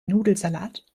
nudelsalat